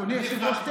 אדוני היושב-ראש,